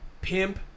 pimp